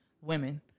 women